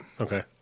Okay